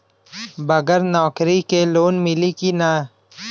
बगर नौकरी क लोन मिली कि ना?